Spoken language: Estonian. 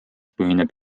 põhineb